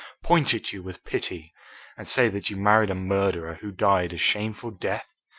point at you with pity and say that you married a murderer who died a shameful death!